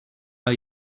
are